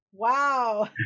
Wow